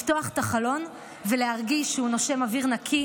לפתוח את החלון ולהרגיש שהוא נושם אוויר נקי